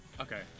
Okay